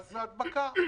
יש הדבקה,